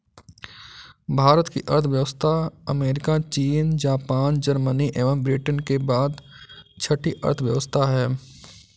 भारत की अर्थव्यवस्था अमेरिका, चीन, जापान, जर्मनी एवं ब्रिटेन के बाद छठी अर्थव्यवस्था है